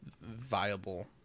viable